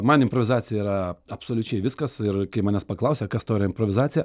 man improvizacija yra absoliučiai viskas ir kai manęs paklausia kas tau yra improvizacija